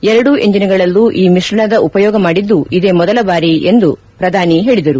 ಎರಡೂ ಇಂಜಿನ್ ಗಳಲ್ಲೂ ಈ ಮಿಶ್ರಣದ ಉಪಯೋಗ ಮಾಡಿದ್ದು ಇದೇ ಮೊದಲ ಬಾರಿ ಎಂದು ಹೇಳಿದರು